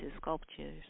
sculptures